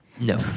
no